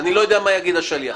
אני לא יודע מה יגיד השליח.